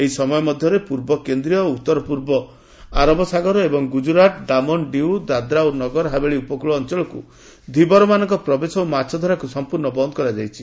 ଏହି ସମୟ ମଧ୍ୟରେ ପୂର୍ବ କେନ୍ଦ୍ରୀୟ ଓ ଉତ୍ତରପୂର୍ବ ଆରବ ସାଗର ଏବଂ ଗୁଜରାଟ ଡାମନ ଡିଉ ଦାଦ୍ରା ଓ ନଗର ହାବେଳୀ ଉପକଳ ଅଞ୍ଚଳକୁ ଧୀବରମାନଙ୍କ ପ୍ରବେଶ ଓ ମାଛଧରାକୁ ସଂପ୍ରର୍ଣ୍ଣ ବନ୍ଦ କରାଯାଇଛି